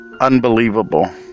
unbelievable